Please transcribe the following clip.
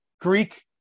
Greek